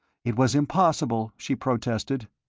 it was impossible, she protested.